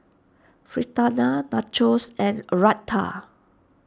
Fritada Nachos and Raita